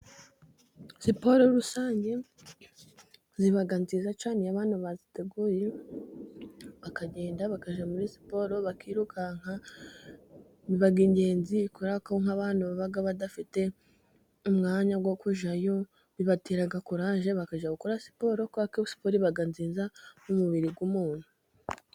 Siporo rusange iba nziza cyane iyo abantu bayiteguye, bakagenda bakajya muri siporo, bakirukanka biba ingenzi ,kubera ko nk'abantu baba badafite umwanya wo kujyayo, bibatera kuraje bakajya gukora siporo, kubera ko siporo iba nziza mu mubiri w'umuntu.